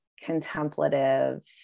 contemplative